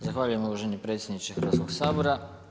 Zahvaljujem uvaženi predsjedniče Hrvatskog sabora.